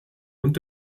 und